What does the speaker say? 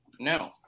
No